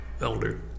elder